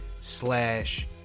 slash